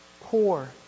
Poor